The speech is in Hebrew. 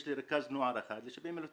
יש לי רכז נוער אחד ל-70,000 תושבים.